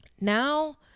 Now